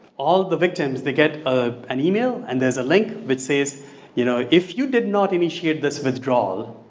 all the victims, they get ah an email and there's a link which says you know, if you did not initiate this withdrawal,